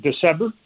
December